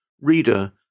Reader